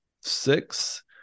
six